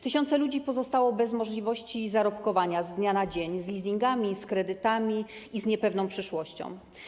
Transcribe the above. Tysiące ludzi pozostało bez możliwości zarobkowania z dnia na dzień, z leasingami, z kredytami i z niepewną przyszłością.